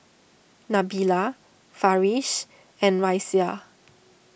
Nabila Farish and Raisya